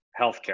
healthcare